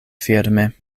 firme